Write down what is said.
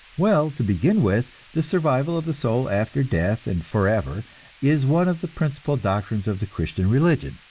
well, to begin with, the survival of the soul after death and forever is one of the principal doctrines of the christian religion.